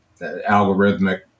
algorithmic